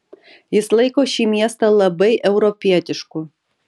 jis laiko šį miestą labai europietišku